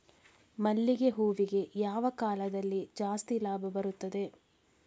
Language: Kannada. ಮಲ್ಲಿಗೆ ಹೂವಿಗೆ ಯಾವ ಕಾಲದಲ್ಲಿ ಜಾಸ್ತಿ ಲಾಭ ಬರುತ್ತದೆ?